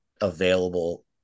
available